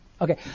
Okay